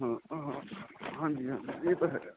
ਹਾਂਜੀ ਹਾਂਜੀ ਇਹ ਤਾਂ ਹੈ